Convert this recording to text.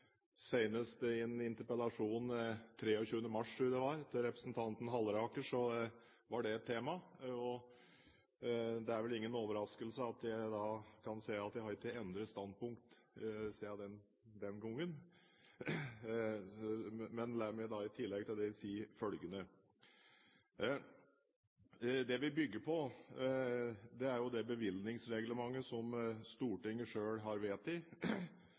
Senest i en interpellasjon 23. mars, fra representanten Halleraker, var det et tema, og det er vel ingen overraskelse at jeg ikke har endret standpunkt siden den gangen. La meg i tillegg til det si følgende: Det vi bygger på, er det bevilgningsreglementet som Stortinget selv har